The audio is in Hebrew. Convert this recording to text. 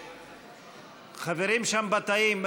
חברים שם בתאים.